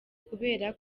kubera